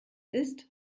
ist